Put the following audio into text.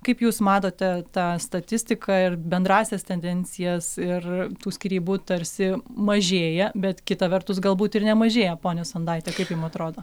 kaip jūs matote tą statistiką ir bendrąsias tendencijas ir tų skyrybų tarsi mažėja bet kita vertus galbūt ir nemažėja ponia sondaite kaip jum atrodo